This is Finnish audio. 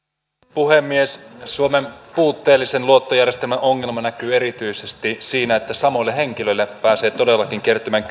puhemies suomen puutteellisen luottojärjestelmän ongelma näkyy erityisesti siinä että samoille henkilöille pääsee todellakin kertymään